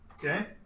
okay